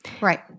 Right